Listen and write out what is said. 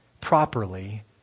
properly